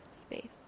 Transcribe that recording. space